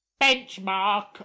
Benchmark